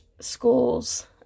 schools